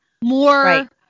more